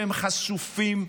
שהם חשופים?